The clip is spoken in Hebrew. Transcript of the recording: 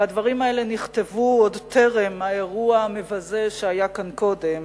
והדברים האלה נכתבו עוד טרם האירוע המבזה שהיה כאן קודם.